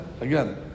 Again